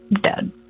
dead